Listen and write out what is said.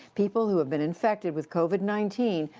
people who've been infected with covid nineteen,